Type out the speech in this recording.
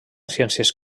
ciències